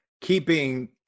keeping